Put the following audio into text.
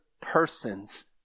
person's